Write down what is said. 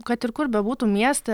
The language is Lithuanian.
kad ir kur bebūtum mieste